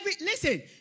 Listen